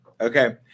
Okay